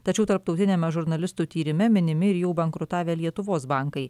tačiau tarptautiniame žurnalistų tyrime minimi ir jau bankrutavę lietuvos bankai